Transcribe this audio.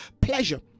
pleasure